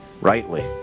rightly